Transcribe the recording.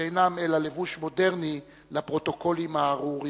שאינם אלא לבוש מודרני לפרוטוקולים הארורים,